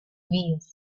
veils